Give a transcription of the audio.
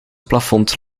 plafond